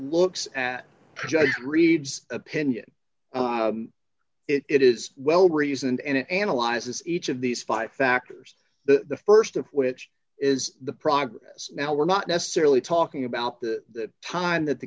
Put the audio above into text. looks at judge reads opinion it is well reasoned and it analyzes each of these five factors the st of which is the progress now we're not necessarily talking about the time that the